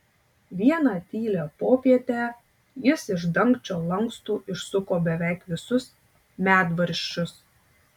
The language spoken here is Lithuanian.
vieną tylią popietę jis iš dangčio lankstų išsuko beveik visus medvaržčius